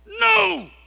No